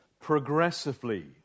progressively